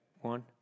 one